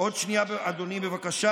אדוני היושב-ראש,